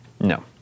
No